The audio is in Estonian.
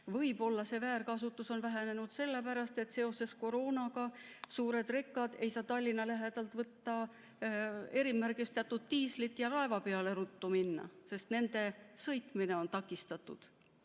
Võib-olla on väärkasutus vähenenud sellepärast, et seoses koroonaga ei saa suured rekad Tallinna lähedalt võtta erimärgistatud diislit ja ruttu laeva peale minna, sest nende sõitmine on takistatud.